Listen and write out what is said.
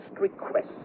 request